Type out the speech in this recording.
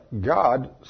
God